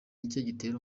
gitera